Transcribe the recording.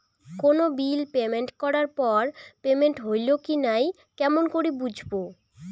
কোনো bill payment করার পর পেমেন্ট হইল কি নাই কেমন করি বুঝবো?